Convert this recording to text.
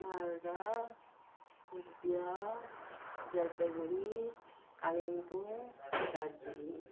Malda Coochbehar Jalpaiguri Kalimpong Darjeeling